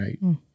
right